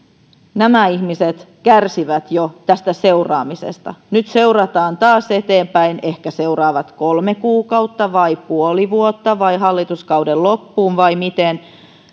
nämä ihmiset kärsivät jo tästä seuraamisesta nyt seurataan taas eteenpäin ehkä seuraavat kolme kuukautta tai puoli vuotta tai hallituskauden loppuun vai miten